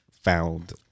found